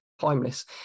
timeless